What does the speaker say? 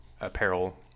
apparel